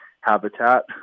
habitat